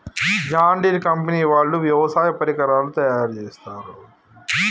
John Deere company వాళ్ళు వ్యవసాయ పరికరాలు తయారుచేస్తారు